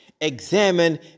examine